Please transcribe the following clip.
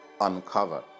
uncover